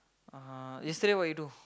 (uh huh) yesterday what you do